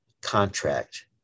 contract